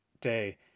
day